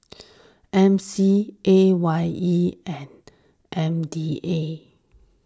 M C A Y E and M D A